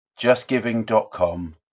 justgiving.com